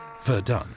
Verdun